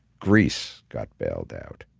greece got bailed out.